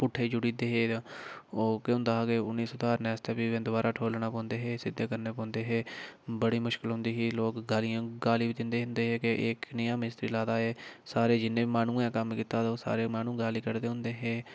पुट्ठे जुड़ी जंदे हे ते ओह् केह् होंदा हा कि उनेंई सधारने आस्तै फ्ही में दबारा ठोलना पौंदे हे सिद्धे करने पौंदे हे बड़ी मुश्कल होंदी ही लोक गालियां गाली बी दिंदे हे के एह् कनेहा मिस्त्री लाए दा एह् सारे जिन्ने बी माह्नुए दे कम्म कीता ते ओह् सारे माह्नू गाली कड्ढदे होंदे हे